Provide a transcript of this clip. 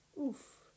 Oof